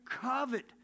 covet